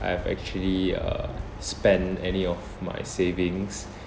I have actually uh spent any of my savings